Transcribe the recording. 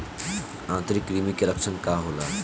आंतरिक कृमि के लक्षण का होला?